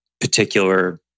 particular